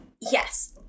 yes